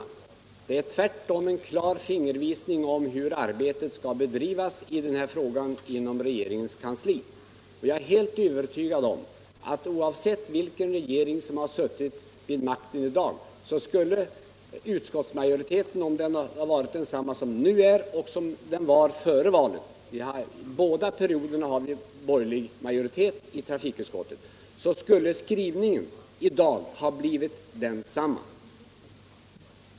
Den ger 48 tvärtom en klar fingervisning om hur arbetet skall bedrivas i den här frågan inom regeringens kansli. Och jag är helt övertygad om att oavsett vilken regering som suttit vid makten i dag — vid båda tillfällena var det borgerlig majoritet i trafikutskottet — så skulle skrivningen nu ha blivit likadan.